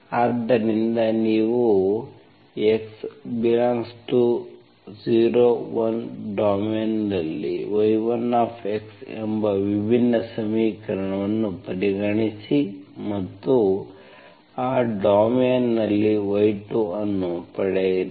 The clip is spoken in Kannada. ಆದ್ದರಿಂದ ನೀವು x∈01 ಡೊಮೇನ್ನಲ್ಲಿ y1 ಎಂಬ ವಿಭಿನ್ನ ಸಮೀಕರಣವನ್ನು ಪರಿಗಣಿಸಿ ಮತ್ತು ಆ ಡೊಮೇನ್ನಲ್ಲಿ y2 ಅನ್ನು ಪಡೆಯಿರಿ